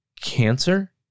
cancer